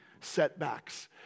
setbacks